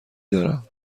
دارم